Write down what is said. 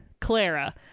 clara